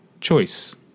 choice